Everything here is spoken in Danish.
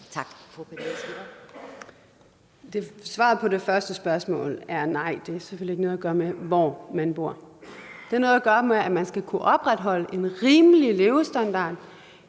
Svaret på det første spørgsmål er: Nej, det har selvfølgelig ikke noget at gøre med, hvor man bor. Det har noget at gøre med, at man skal kunne opretholde en rimelig levestandard,